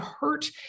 hurt